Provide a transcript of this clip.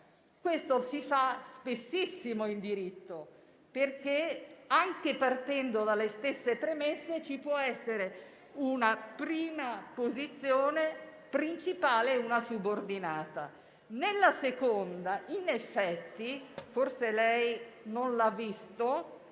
Questo accade spessissimo in diritto per cui, anche partendo dalle stesse premesse, ci può essere una posizione principale e una subordinata. Nella seconda, in effetti, forse lei non lo ha visto,